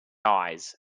eyes